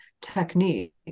technique